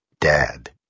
Dad